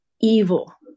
evil